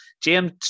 james